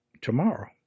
tomorrow